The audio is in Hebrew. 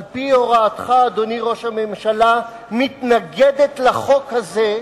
על-פי הוראתך, אדוני ראש הממשלה, מתנגדת לחוק הזה,